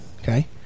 okay